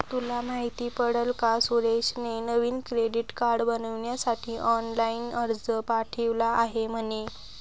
तुला माहित पडल का सुरेशने नवीन क्रेडीट कार्ड बनविण्यासाठी ऑनलाइन अर्ज पाठविला आहे म्हणे